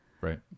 Right